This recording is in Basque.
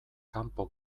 kanpo